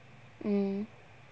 mmhmm